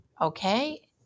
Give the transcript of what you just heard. okay